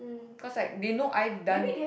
cause like they know I've done